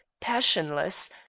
passionless